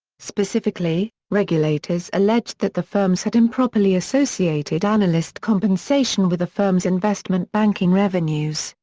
specifically, regulators alleged that the firms had improperly associated analyst compensation with the firms' investment-banking revenues,